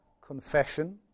Confession